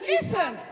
Listen